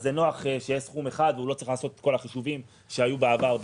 זה נוח שיש סכום אחד והוא לא צריך לעשות את כל החישובים שהיו בעבר.